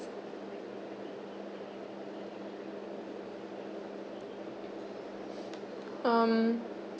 um